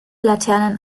laternen